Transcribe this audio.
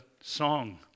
song